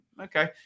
okay